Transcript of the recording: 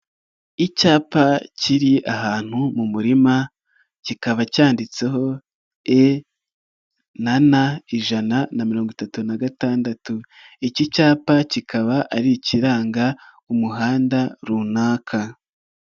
Icyapa kiri ahantu mu murima kikaba cyanditseho E na N ijana na mirongo itatu na gatandatu, iki cyapa kikaba ari ikiranga umuhanda runaka.